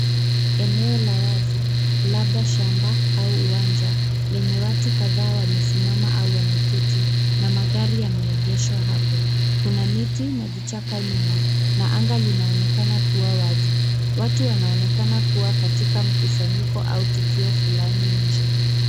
Eneo la wazi, labda shamba au uwanja, lenye watu kadhaa wamesimama au wameketi, na magari yameegeshwa hapo. Kuna miti na vichaka nyuma, na anga linaonekana kuwa wazi. Watu wanaonekana kuwa katika mkusanyiko au tukio fulani nje.